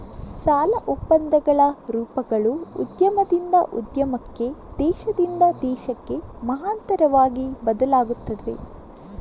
ಸಾಲ ಒಪ್ಪಂದಗಳ ರೂಪಗಳು ಉದ್ಯಮದಿಂದ ಉದ್ಯಮಕ್ಕೆ, ದೇಶದಿಂದ ದೇಶಕ್ಕೆ ಮಹತ್ತರವಾಗಿ ಬದಲಾಗುತ್ತವೆ